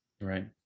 Right